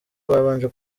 babanje